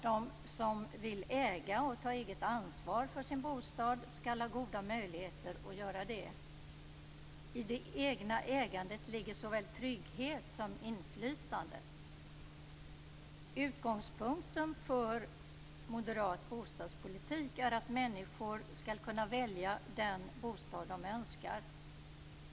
De som vill äga och ta eget ansvar för sin bostad skall ha goda möjligheter att göra det. I det egna ägandet ligger såväl trygghet som inflytande. Utgångspunkten för moderat bostadspolitik är att människor skall kunna välja den bostad de själva önskar.